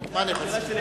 מה אני יכול לעשות?